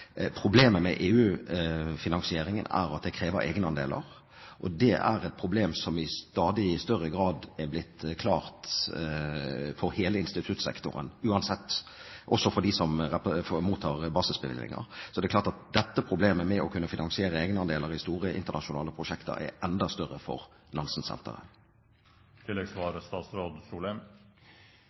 Problemet med EU-finansieringen er at det krever egenandeler. Det er et problem som i stadig større grad er blitt klart for hele instituttsektoren, uansett, også for dem som mottar basisbevilgninger. Så det er klart at problemet med å kunne finansiere egenandeler i store internasjonale prosjekter er enda større for